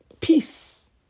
Peace